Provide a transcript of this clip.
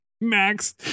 Max